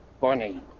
funny